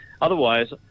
Otherwise